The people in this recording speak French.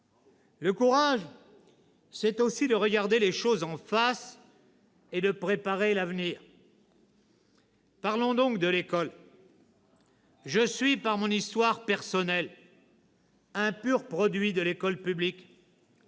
Le courage, c'est aussi de regarder les choses en face et de préparer l'avenir. « Parlons donc de l'école. « Je suis par mon histoire personnelle un pur " produit " de l'école publique.